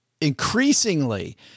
increasingly –